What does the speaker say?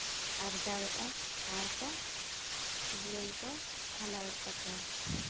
ᱟᱨᱡᱟᱣᱮᱫᱼᱟ ᱟᱨᱠᱚ ᱡᱤᱭᱚᱱ ᱠᱚ ᱠᱷᱟᱸᱰᱟᱣᱮᱫ ᱛᱟᱠᱚᱣᱟ